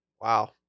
Wow